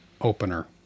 Opener